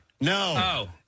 No